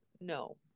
no